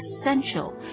essential